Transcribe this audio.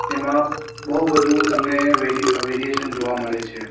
તેમાં બહુ બધું તમને વેરિ વેરીએશન જોવા મળે છે